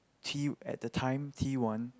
T at the time T one